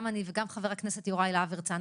גם אני וגם חבר הכנסת יוראי להב הרצנו,